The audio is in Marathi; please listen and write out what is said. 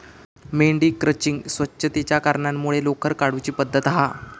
मेंढी क्रचिंग स्वच्छतेच्या कारणांमुळे लोकर काढुची पद्धत हा